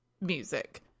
music